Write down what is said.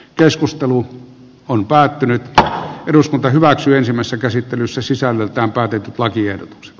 keskustelu on päättynyt että eduskunta hyväksyisimmässä käsittelyssä sisällöltään päätetyt lakiehdotukset